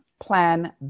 Plan